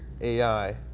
AI